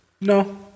No